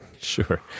Sure